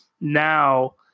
now